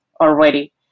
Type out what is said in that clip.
already